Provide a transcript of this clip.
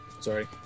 Sorry